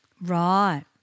Right